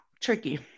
Tricky